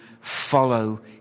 follow